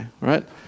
right